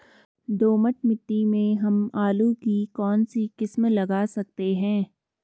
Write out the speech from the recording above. दोमट मिट्टी में हम आलू की कौन सी किस्म लगा सकते हैं?